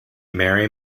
mary